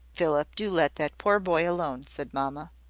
philip, do let that poor boy alone, said mamma.